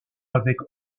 avec